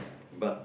but